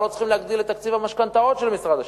לא צריכים להגדיל את תקציב המשכנתאות של משרד השיכון.